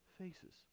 faces